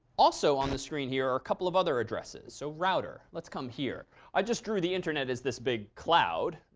also on the screen here are a couple of other addresses. so router. let's come here. i just drew the internet as this big cloud.